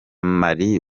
mali